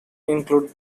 include